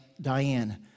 Diane